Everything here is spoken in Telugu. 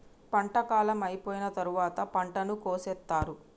పంట కాలం అయిపోయిన తరువాత పంటను కోసేత్తారు